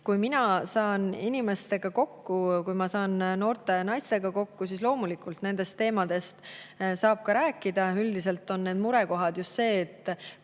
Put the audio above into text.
Kui mina saan inimestega kokku, kui ma saan noorte naistega kokku, siis saan loomulikult nendest teemadest rääkida. Üldiselt on murekoht just see, et